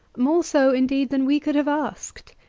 more so, indeed, than we could have asked.